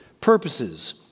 purposes